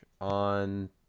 on